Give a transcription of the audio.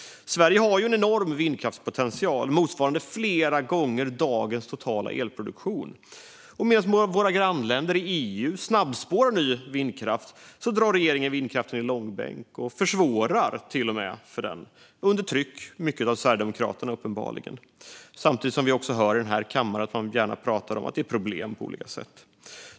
Sverige har en enorm vindkraftspotential motsvarande flera gånger dagens totala elproduktion. Men medan våra grannländer i EU snabbspårar ny vindkraft drar regeringen vindkraften i långbänk och till och med försvårar för den, uppenbarligen under tryck från Sverigedemokraterna, samtidigt som man här i kammaren gärna pratar om att det är problem på olika sätt.